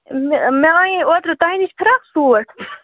مےٚ مےٚ أنیے اوترٕ تۄہہِ نِش فراک سوٗٹ